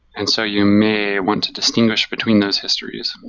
and so you may want to distinguish between those histories.